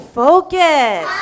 focus